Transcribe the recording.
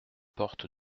porte